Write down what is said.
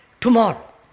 tomorrow